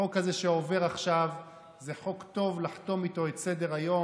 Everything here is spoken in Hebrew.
החוק הזה שעובר עכשיו זה חוק טוב לחתום איתו את סדר-היום,